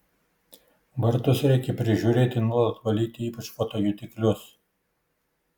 vartus reikia prižiūrėti nuolat valyti ypač fotojutiklius